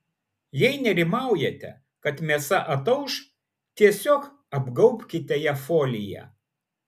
jei nerimaujate kad mėsa atauš tiesiog apgaubkite ją folija